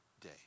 day